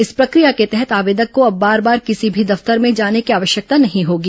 इस प्रक्रिया के तहत आवेदक को अब बार बार किसी भी दफ्तर में जाने की आवश्यकता नहीं होगी